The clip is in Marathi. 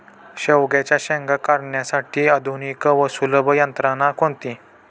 शेवग्याच्या शेंगा काढण्यासाठी आधुनिक व सुलभ यंत्रणा कोणती?